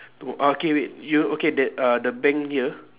two mor~ ah K wait you okay that uh the bank here